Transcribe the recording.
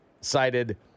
cited